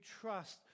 trust